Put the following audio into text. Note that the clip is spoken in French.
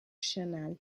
chenal